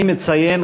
אני מציין,